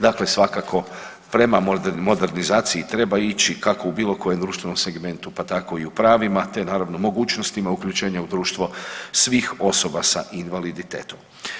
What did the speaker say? Dakle, svakako prema modernizaciji treba ići kako u bilo koje društvenom segmentu pa tako i u pravima te naravno mogućnosti uključenja u društvo svih osoba sa invaliditetom.